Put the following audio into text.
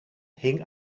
hing